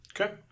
Okay